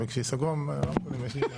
תודה לכולם.